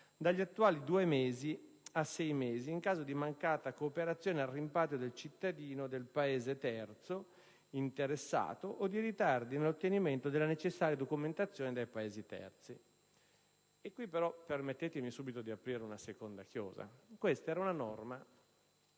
dagli attuali due mesi a sei mesi «in caso di mancata cooperazione al rimpatrio del cittadino del Paese terzo interessato o di ritardi nell'ottenimento della necessaria documentazione dai Paesi terzi». Permettetemi subito di aprire una seconda chiosa: si tratta di una norma